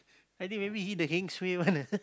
I think maybe he the heng suay one ah